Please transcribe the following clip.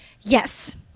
Yes